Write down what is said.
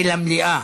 זה למליאה.